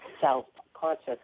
self-conscious